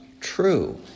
true